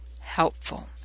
helpful